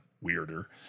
weirder